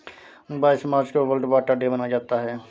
बाईस मार्च को वर्ल्ड वाटर डे मनाया जाता है